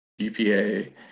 GPA